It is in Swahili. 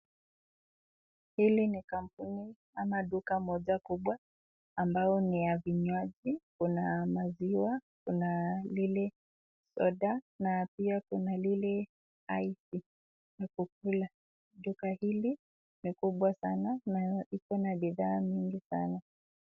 Hili ni kampuni ama duka moja kubwa ambao ni ya vinywaji. Kuna maziwa kuna lile soda na pia kuna lile [ice cream] ya kukula. Duka hili ni kubwa sana na iko na bidhaa mingi sana.